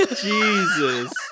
Jesus